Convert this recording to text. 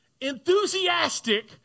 Enthusiastic